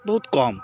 ବହୁତ କମ୍